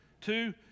two